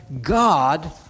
God